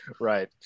Right